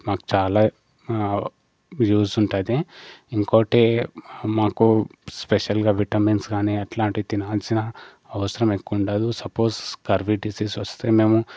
మాకు చాలా యూస్ ఉంటుంది ఇంకోటి మాకు స్పెషల్గా విటమిన్స్ గానీ అట్లాంటివి తినాల్సిన అవసరం ఎక్కువ ఉండదు సపోజ్ కర్వీ డిసీజ్ వస్తే మేము